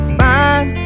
fine